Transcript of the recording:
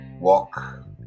walk